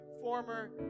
former